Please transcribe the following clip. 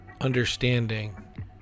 understanding